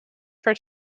for